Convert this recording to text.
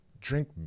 Drink